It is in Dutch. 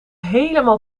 helemaal